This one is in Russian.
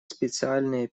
специальные